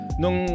nung